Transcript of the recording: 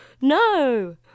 No